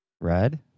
Red